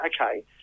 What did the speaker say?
okay